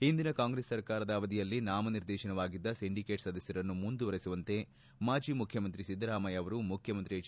ಹಿಂದಿನ ಕಾಂಗ್ರೆಸ್ ಸರ್ಕಾರ ಅವಧಿಯಲ್ಲಿ ನಾಮ ನಿರ್ದೇಶನವಾಗಿದ್ದ ಸಿಂಡಿಕೇಟ್ ಸದಸ್ಯರನ್ನು ಮುಂದುವರೆಸುವಂತೆ ಮಾಜಿ ಮುಖ್ಯಮಂತ್ರಿ ಸಿದ್ಗರಾಮಯ್ಯ ಅವರು ಮುಖ್ಯಮಂತ್ರಿ ಹೆಚ್